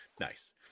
nice